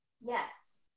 Yes